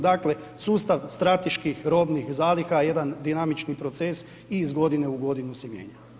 Dakle, sustav strateških robnih zaliha je jedan dinamični proces i iz godine u godinu se mijenja.